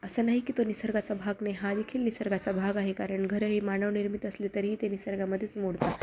असं नाही की तो निसर्गाचा भाग नाही हा देखील निसर्गाचा भाग आहे कारण घरंही मानवनिर्मित असली तरीही ते निसर्गामध्येच मोडतं